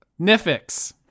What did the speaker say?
nifix